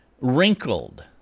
wrinkled